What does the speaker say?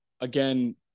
again